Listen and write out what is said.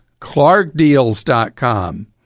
ClarkDeals.com